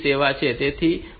તો આ TRAP સેવા છે